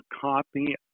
copy